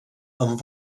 amb